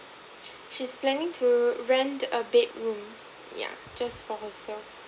she's planning to rent a bedroom yeah just for herself